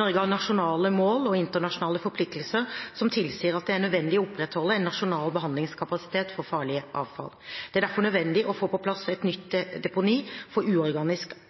Norge har nasjonale mål og internasjonale forpliktelser som tilsier at det er nødvendig å opprettholde en nasjonal behandlingskapasitet for farlig avfall. Det er derfor nødvendig å få på plass et nytt deponi for uorganisk